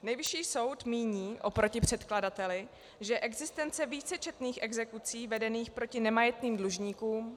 Nejvyšší soud míní, oproti předkladateli, že existence vícečetných exekucí vedených proti nemajetným dlužníkům...